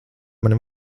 mani